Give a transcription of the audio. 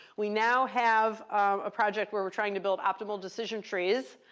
we now have a project where we're trying to build optimal decision trees.